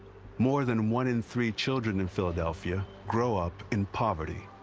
more than one in three children in philadelphia grow up in poverty.